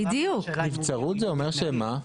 נבצרות זה אומר שמה?